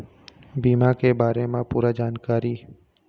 बीमा के बारे म पूरा जानकारी?